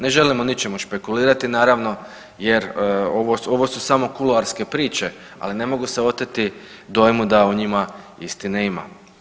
Ne želim o ničemu špekulirati naravno jer ovo, ovo su samo kuloarske priče, ali ne mogu se oteti dojmu da u njima istine ima.